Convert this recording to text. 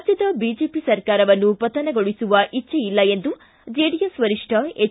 ರಾಜ್ಯದ ಬಿಜೆಪಿ ಸರಕಾರವನ್ನು ಪತನಗೊಳಿಸುವ ಇಜ್ದೆ ಇಲ್ಲ ಎಂದು ಜೆಡಿಎಸ್ ವರಿಷ್ಠ ಎಚ್